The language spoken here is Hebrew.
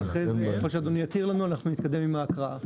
ואחרי זה כמו שאדוני יתיר לנו אנחנו נתקדם עם ההקראה.